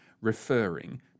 referring